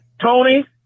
Tony